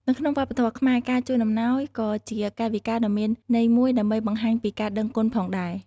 នៅក្នុងវប្បធម៌ខ្មែរ ការជូនអំណោយក៏ជាកាយវិការដ៏មានន័យមួយដើម្បីបង្ហាញពីការដឹងគុណផងដែរ។